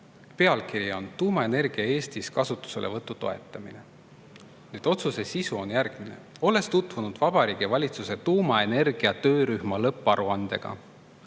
Pealkiri on "Tuumaenergia Eestis kasutuselevõtu toetamine". Otsuse sisu on järgmine: "Olles tutvunud Vabariigi Valitsuse tuumaenergia töörühma lõpparuandega